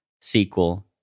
sequel